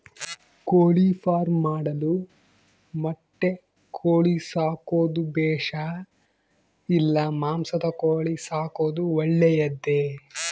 ಕೋಳಿಫಾರ್ಮ್ ಮಾಡಲು ಮೊಟ್ಟೆ ಕೋಳಿ ಸಾಕೋದು ಬೇಷಾ ಇಲ್ಲ ಮಾಂಸದ ಕೋಳಿ ಸಾಕೋದು ಒಳ್ಳೆಯದೇ?